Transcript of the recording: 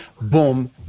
Boom